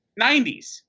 90s